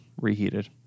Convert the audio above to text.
reheated